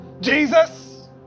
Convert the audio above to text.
Jesus